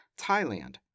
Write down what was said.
Thailand